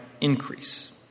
increase